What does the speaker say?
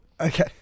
Okay